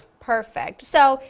perfect! so,